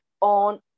on